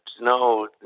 no